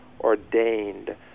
ordained